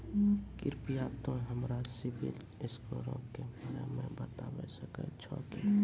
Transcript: कृपया तोंय हमरा सिविल स्कोरो के बारे मे बताबै सकै छहो कि?